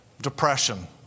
depression